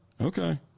Okay